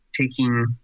taking